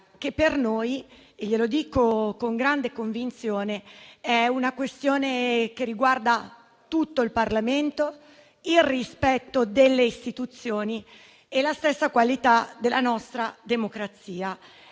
che per noi - glielo dico con grande convinzione - è una questione che riguarda tutto il Parlamento, il rispetto delle istituzioni e la stessa qualità della nostra democrazia.